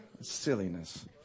Silliness